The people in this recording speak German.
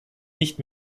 nicht